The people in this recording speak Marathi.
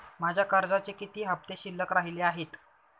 माझ्या कर्जाचे किती हफ्ते शिल्लक राहिले आहेत?